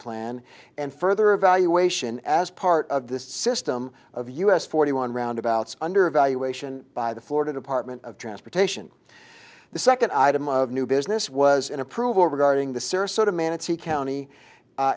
plan and further evaluation as part of this system of u s forty one roundabouts under evaluation by the florida department of transportation the second item of new business was in approval regarding the sarasota manatee county